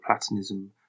Platonism